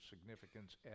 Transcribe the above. significance